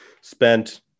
spent